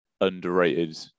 underrated